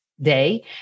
day